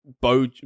bo